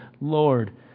Lord